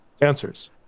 answers